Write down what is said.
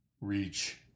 reach